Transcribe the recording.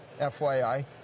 fyi